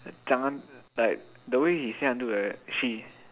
讲 like the way he say until like that she